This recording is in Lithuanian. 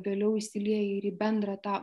vėliau įsilieja ir į bendrą tą